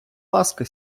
ласка